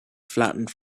flattened